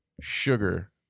Sugar